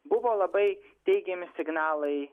buvo labai teigiami signalai